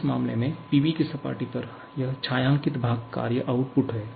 इस मामले में PV की सपाटी पर यह छायांकित भाग कार्य आउटपुट है